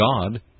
God